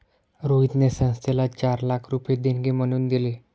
रोहितने संस्थेला चार लाख रुपये देणगी म्हणून दिले